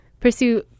pursue